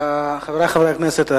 חברי חברי הכנסת,